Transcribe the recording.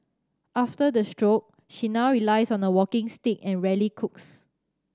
after the stroke she now relies on a walking stick and rarely cooks